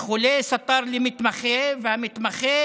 חולה סטר למתמחה, והמתמחה